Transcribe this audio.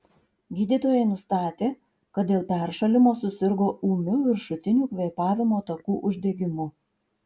gydytojai nustatė kad dėl peršalimo susirgo ūmiu viršutinių kvėpavimo takų uždegimu